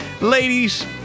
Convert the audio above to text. ladies